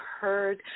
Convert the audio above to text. heard